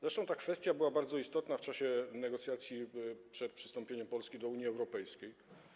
Zresztą ta kwestia była bardzo istotna w czasie negocjacji przed przystąpieniem Polski do Unii Europejskiej.